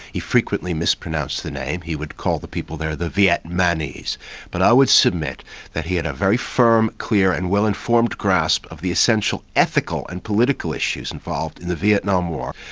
he frequently mispronounced the name, he would call the people there the the vietmanis, but i would submit that he had a very firm, clear and well-informed grasp of the essential ethical and political issues involved in the vietnam war.